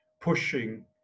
pushing